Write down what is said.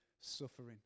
suffering